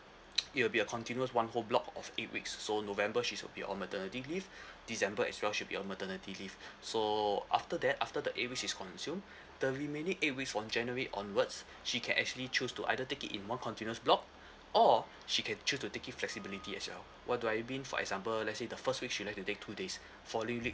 it will be a continuous one whole block of eight weeks so november she's will be on maternity leave december as well she'll be on maternity leave so after that after the eight weeks is consumed the remaining eight weeks from january onwards she can actually choose to either take it in one continuous block or she can choose to take it flexibility as well what do I mean for example let's say the first week she'd like to take two days following week